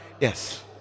Yes